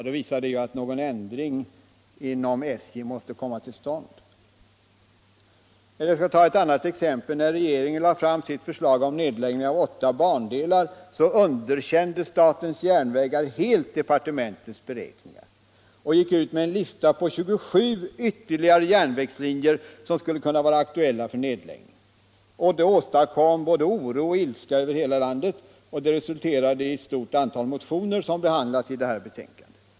Det visar att det måste komma till stånd en ändring inom SJ. Trafikpolitiken Trafikpolitiken Jag kan ta ytterligare ett exempel. När regeringen lagt fram sitt förslag om nedläggning av åtta bandelar, underkände SJ helt departementets beräkningar och gick ut med en lista på 27 ytterligare järnvägslinjer som skulle kunna vara aktuella för nedläggning. Detta åstadkom både oro och ilska över hela landet, och det resulterade i ett stort antal motioner som behandlas i detta betänkande.